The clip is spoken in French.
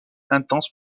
intense